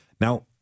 Now